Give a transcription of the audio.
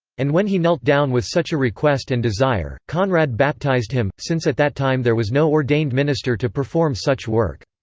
and when he knelt down with such a request and desire, conrad baptized him, since at that time there was no ordained minister to perform such work.